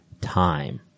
time